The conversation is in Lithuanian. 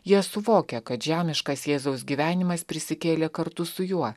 jie suvokia kad žemiškas jėzaus gyvenimas prisikėlė kartu su juo